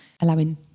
allowing